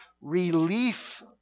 relief